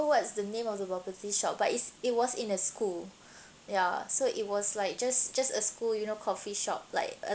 what's the name of the bubble tea shop but it's it was in a school ya so it was like just just a school you know coffee shop like uh